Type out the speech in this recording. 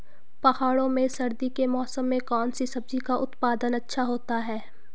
पहाड़ों में सर्दी के मौसम में कौन सी सब्जी का उत्पादन अच्छा होता है?